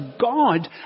God